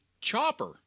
chopper